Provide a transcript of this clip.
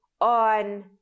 on